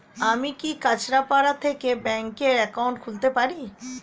আমি কি কাছরাপাড়া থেকে ব্যাংকের একাউন্ট খুলতে পারি?